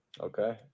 Okay